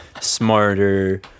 smarter